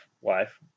wife